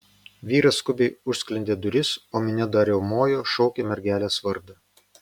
vyras skubiai užsklendė duris o minia dar riaumojo šaukė mergelės vardą